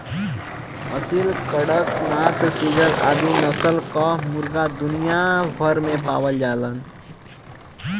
Aseel, Kadaknath, frizzle आदि नस्ल कअ मुर्गा दुनिया भर में पावल जालन